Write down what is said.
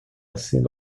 sendo